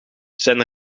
zijn